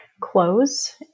close